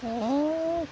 ए